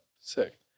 sick